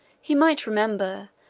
he might remember,